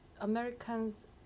Americans